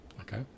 Okay